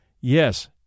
Yes